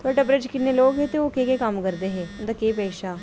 थुआढ़े टब्बरै च किन्ने लोग हे ते ओह् केह् केह् कम्म करदे हे उं'दा केह् पेशा हा